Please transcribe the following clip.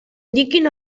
indiquin